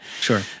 Sure